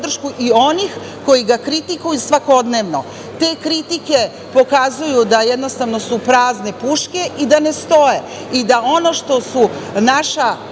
i onih koji ga kritikuju svakodnevno. Te kritike pokazuju da jednostavno su prazne puške i da ne stoje i da ono što su naša